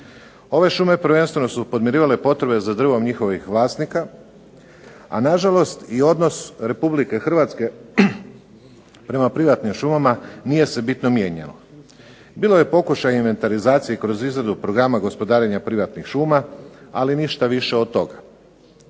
Ove šume prvenstveno su podmirivale potrebe za drvom njihovih vlasnika, a na žalost i odnos Republike hrvatske prema privatnim šumama nije se bitno mijenjao. Bilo je pokušaja inventarizacije kroz izradu programa gospodarenja privatnih šuma ali ništa više od toga.